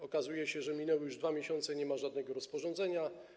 Okazuje się, że minęły już 2 miesiące i nie ma żadnego rozporządzenia.